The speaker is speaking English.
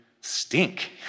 stink